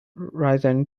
risen